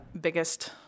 biggest